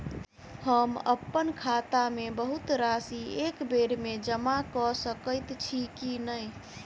हम अप्पन खाता मे बहुत राशि एकबेर मे जमा कऽ सकैत छी की नै?